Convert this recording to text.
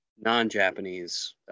non-Japanese